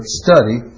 study